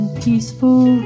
peaceful